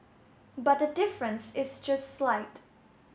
but the difference is just slight